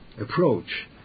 approach